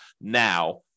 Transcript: now